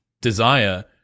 desire